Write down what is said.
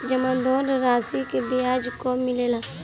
जमानद राशी के ब्याज कब मिले ला?